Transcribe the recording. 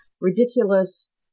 ridiculous